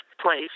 place